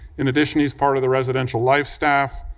in addition, he's part of the residential life staff,